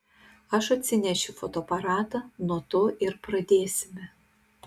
aš atsinešiu fotoaparatą nuo to ir pradėsime